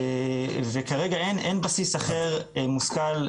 וכרגע אין בסיס אחר מושכל,